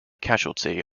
casualty